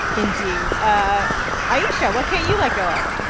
indeed. ah ayesha, what can't you let go of?